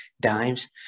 dimes